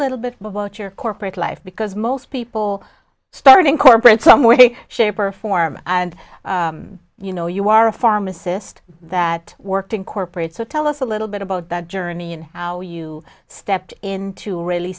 little bit about your corporate life because most people start incorporate some way shape or form and you know you are a pharmacist that worked in corporate so tell us a little bit about that journey and how you stepped in to really